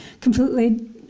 completely